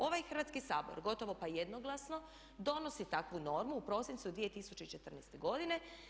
Ovaj Hrvatski sabor gotovo pa jednoglasno donosi takvu normu u prosincu 2014. godine.